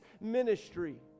ministry